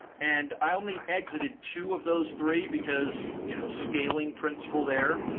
and i only exited two of those three because you know scaling principal there.